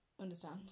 Understand